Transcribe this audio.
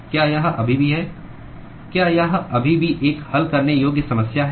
क्या यह अभी भी है क्या यह अभी भी एक हल करने योग्य समस्या है